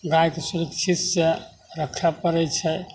गाइके सुरक्षितसे रखै पड़ै छै